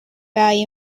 value